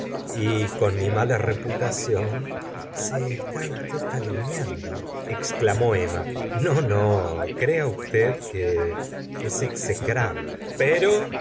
y con mi mala reputación se está usted calumniando exclamó emma no no crea usted que es execrable pero